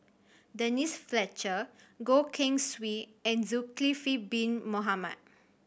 Denise Fletcher Goh Keng Swee and Zulkifli Bin Mohamed